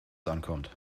ankommt